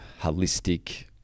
holistic